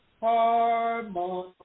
harmony